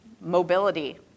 mobility